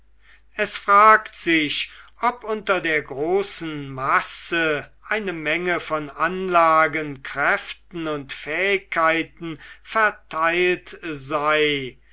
es fragt sich ob unter der großen masse eine menge von anlagen kräften und fähigkeiten verteilt sei